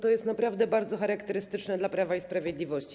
To jest naprawdę bardzo charakterystyczne dla Prawa i Sprawiedliwości.